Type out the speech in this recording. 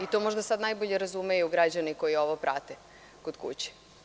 I to možda sada najbolje razumeju građani koji ovo prate kod kuće.